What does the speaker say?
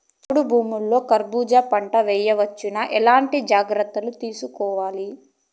చౌడు భూముల్లో కర్బూజ పంట వేయవచ్చు నా? ఎట్లాంటి జాగ్రత్తలు తీసుకోవాలి?